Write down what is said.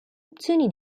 opzioni